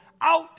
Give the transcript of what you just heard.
out